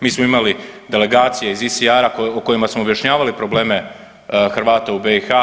Mi smo imali delegacije iz … o kojima smo objašnjavali probleme Hrvata u BiH.